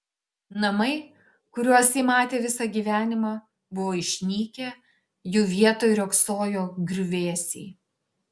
namai kuriuos ji matė visą gyvenimą buvo išnykę jų vietoj riogsojo griuvėsiai